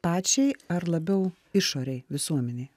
pačiai ar labiau išorei visuomenei